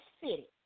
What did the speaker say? city